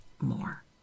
more